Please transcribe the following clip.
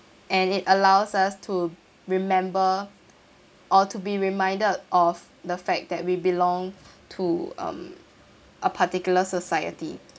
and it allows us to remember or to be reminded of the fact that we belong to um a particular society